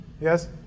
Yes